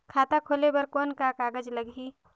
खाता खोले बर कौन का कागज लगही?